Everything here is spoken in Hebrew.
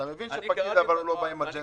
אתה מבין שפקיד לא מגיע עם אג'נדה.